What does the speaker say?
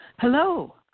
Hello